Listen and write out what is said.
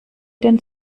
den